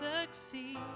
succeed